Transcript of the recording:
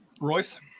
Royce